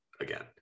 again